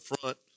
front